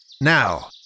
Now